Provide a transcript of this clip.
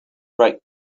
write